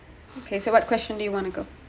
okay so what question do you want to go